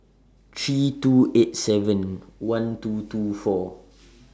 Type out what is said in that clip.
three two eight seven one two two four